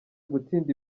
gutsinda